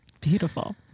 Beautiful